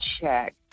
check